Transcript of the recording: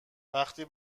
وقتی